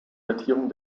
datierung